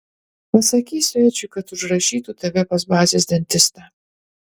pasakysiu edžiui kad užrašytų tave pas bazės dantistą